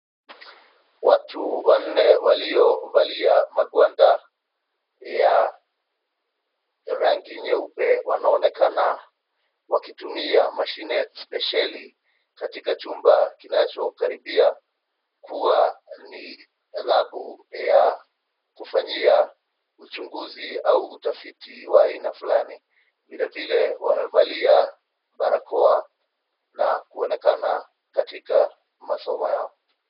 Watu wanne waliovalia magwanda ya rangi nyeupe wanaonekana wakitumia mashine spesheli katika chumba kinachokaribia kuwa ni labu ya kufanyia uchunguzi au utafiti wa aina fulani. Vilevile wamevalia barakoa na kuonekana katika masomo yao.